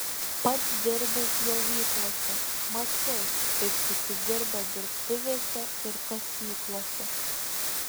pats dirbau pjovyklose mačiau kaip kiti dirba dirbtuvėse ir kasyklose